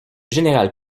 général